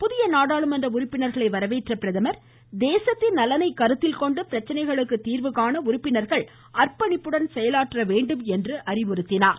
புதிய நாடாளுமன்ற உறுப்பினர்களை வரவேற்ற பிரதமர் தேசத்தின் நலனை கருத்தில் கொண்டு பிரச்சனைகளுக்கு தீர்வு காண உறுப்பினர்கள் அர்ப்பணிப்புடன் செயலாற்ற வேண்டும் என்றும் அறிவுறுத்தினார்